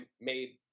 made